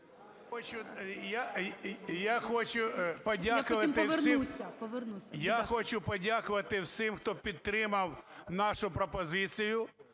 Я хочу подякувати всім, хто підтримав нашу пропозицію